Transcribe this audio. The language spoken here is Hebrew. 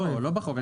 לא, לא בחוק.